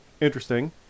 interesting